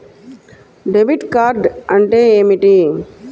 Debit card అంటే ఏమిటి?